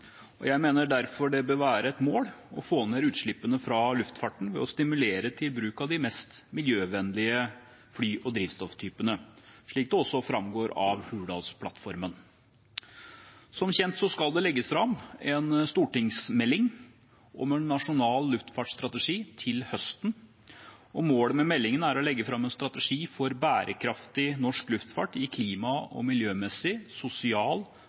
snus. Jeg mener derfor det bør være et mål å få ned utslippene fra luftfarten ved å stimulere til bruk av de mest miljøvennlige fly- og drivstofftypene, slik det også framgår av Hurdalsplattformen. Som kjent skal det legges fram en stortingsmelding om en nasjonal luftfartsstrategi til høsten. Målet med meldingen er å legge fram en strategi for bærekraftig norsk luftfart i klima- og miljømessig, sosial,